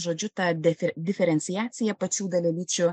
žodžiu ta dife diferenciacija pačių dalelyčių